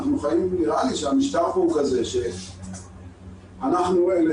נראה לי שהמשטר פה הוא כזה שאנחנו אלה